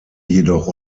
jedoch